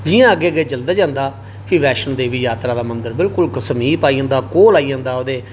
जि'यां अग्गे अग्गै चलदे चलदे फिर माता वैष्णो दा मंदर समीप आई जंदा कोल आई जंदा ओहदे